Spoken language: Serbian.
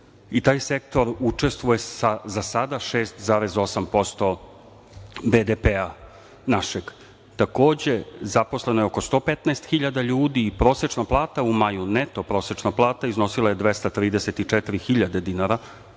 Taj sektor učestvuje za sada sa 6,8% BDP-a. Takođe, zaposleno je oko 115.000 ljudi i prosečna plata u maju, neto prosečna plata iznosila je 234.000 dinara